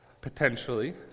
potentially